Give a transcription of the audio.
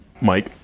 Mike